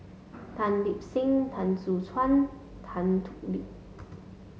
Tan Lip Seng Teo Soon Chuan Tan Thoon Lip